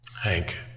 Hank